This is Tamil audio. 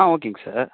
ஆ ஓகேங்க சார்